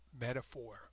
metaphor